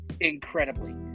incredibly